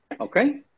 Okay